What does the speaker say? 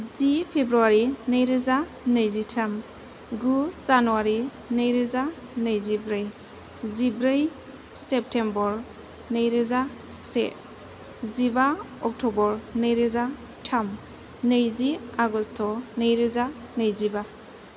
जि February नैरोजा नैजिथाम गु जानुवारि नैरोजा नैजिब्रै जिब्रै सेप्तेम्बर नैरोजा से जिबा अक्ट'बर नैरोजा थाम नैजि आगस्त' नैरोजा नैजिबा